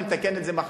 אני מתקן את זה מחר.